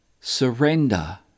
surrender